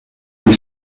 and